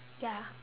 ya